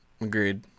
Agreed